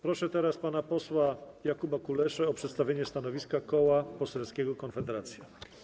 Proszę pana posła Jakuba Kuleszę o przedstawienie stanowiska Koła Poselskiego Konfederacja.